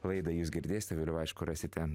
laidą jus girdėsite vėliau aišku rasite